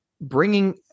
bringing